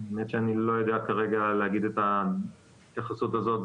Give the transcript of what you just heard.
אני לא יודע כרגע להגיד את ההתייחסות הזאת,